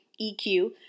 EQ